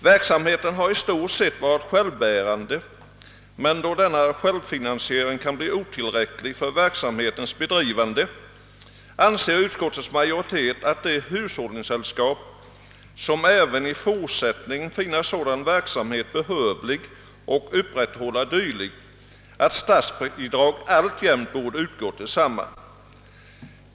Verksamheten har i stort varit självbärande, men då denna självfinansiering kan bli otillräcklig för verksamhetens bedrivande, anser utskottets majoritet att de hushållningssällskap .som även i fortsättningen finner sådan verksamhet behövlig och upprätthåller dylik, bör kunna erhålla statsbidrag till densamma.